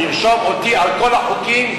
לרשום אותי על כל החוקים,